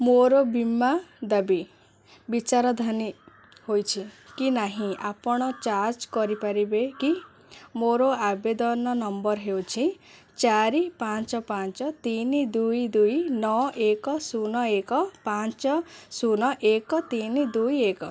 ମୋର ବୀମା ଦାବି ବିଚାରାଧାନୀ ହୋଇଛି କି ନାହିଁ ଆପଣ ଯାଞ୍ଚ କରିପାରିବେ କି ମୋର ଆବେଦନ ନମ୍ବର ହେଉଛି ଚାରି ପାଞ୍ଚ ପାଞ୍ଚ ତିନି ଦୁଇ ଦୁଇ ନଅ ଏକ ଶୂନ ଏକ ପାଞ୍ଚ ଶୂନ ଏକ ତିନି ଦୁଇ ଏକ